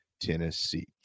Tennessee